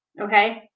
Okay